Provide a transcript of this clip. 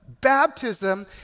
Baptism